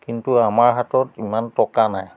কিন্তু আমাৰ হাতত ইমান টকা নাই